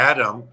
Adam